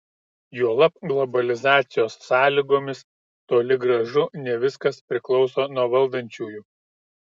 juolab globalizacijos sąlygomis toli gražu ne viskas priklauso nuo valdančiųjų